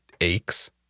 aches